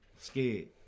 Scared